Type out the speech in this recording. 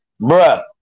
Bruh